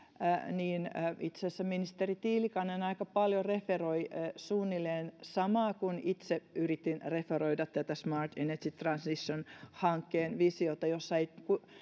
niin itse asiassa ministeri tiilikainen aika paljon referoi suunnilleen samoin kuin itse yritin referoida tätä smart energy transition hankkeen visiota jossa ei